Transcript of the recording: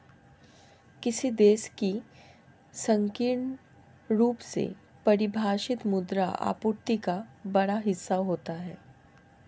किसी देश की संकीर्ण रूप से परिभाषित मुद्रा आपूर्ति का बड़ा हिस्सा होता है